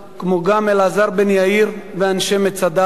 כמו גם אלעזר בן יאיר ואנשי מצדה,